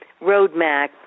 roadmap